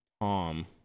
Tom